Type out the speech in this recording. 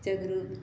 ਜਾਗਰੂਕ